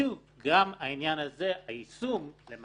שוב, גם היישום של העניין הזה כי